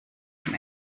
zum